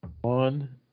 One